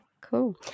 Cool